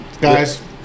guys